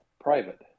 private